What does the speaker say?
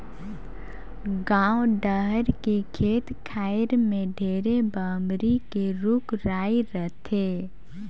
गाँव डहर के खेत खायर में ढेरे बमरी के रूख राई रथे